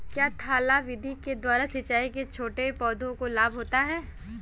क्या थाला विधि के द्वारा सिंचाई से छोटे पौधों को लाभ होता है?